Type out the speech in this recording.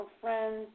friends